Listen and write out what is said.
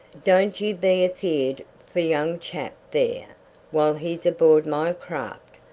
don't you be afeared for young chap there while he's aboard my craft.